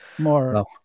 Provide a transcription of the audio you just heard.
more